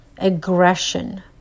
aggression